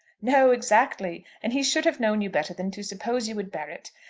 no exactly. and he should have known you better than to suppose you would bear it.